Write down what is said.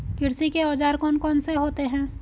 कृषि के औजार कौन कौन से होते हैं?